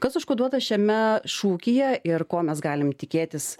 kas užkoduota šiame šūkyje ir ko mes galime tikėtis